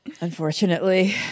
unfortunately